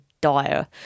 dire